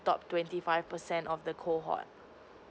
top twenty five percent of the cohort